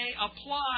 apply